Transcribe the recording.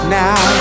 now